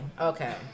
Okay